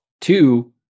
Two